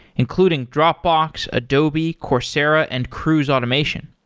including dropbox, adobe, coursera and cruise automation.